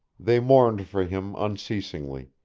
they mourned for him unceasingly,